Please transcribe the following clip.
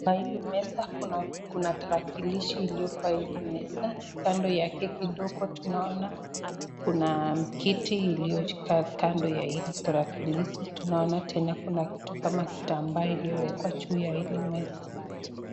Kwa hili meza kuna tarakilishi iliyo kwa hili meza, kando yake kidogo tunaona kuna kiti iliyo kaa kando ya hii tarakilishi ,tunaona tena kuna kitu kama kitambaa iliyowekwa juu ya hili meza.